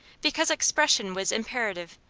because expression was imperative,